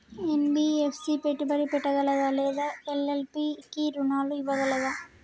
NBFC పెట్టుబడి పెట్టగలదా లేదా ఎల్.ఎల్.పి కి రుణాలు ఇవ్వగలదా?